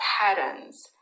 patterns